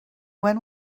when